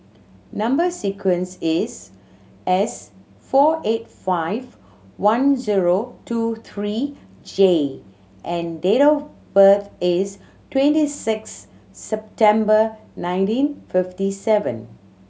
number sequence is S four eight five one zero two three J and date of birth is twenty six September nineteen fifty seven